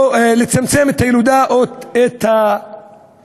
לצמצם את הילודה או את הריבוי.